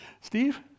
Steve